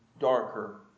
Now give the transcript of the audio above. Darker